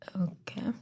Okay